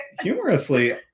Humorously